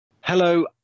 Hello